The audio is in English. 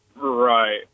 Right